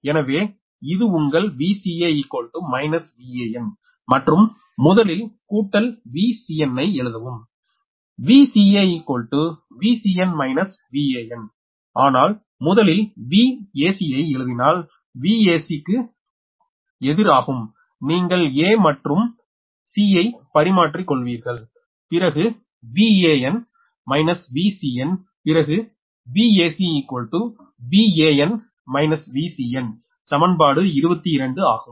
எனவே இது உங்கள் Vca Van மற்றும் முதலில் கூட்டல் Vcn ஐ எழுதவும் Vca Vcn - Van ஆனால் முதலில் Vac ஐ எழுதினால் Vac க்கு எதிர் ஆகும் நீங்கள் a மற்றும் c ஐ பரிமாறிக்கொள்வீர்கள் பிறகு Van Vcn பிறகு Vac Van Vcn சமன்பாடு 22 ஆகும்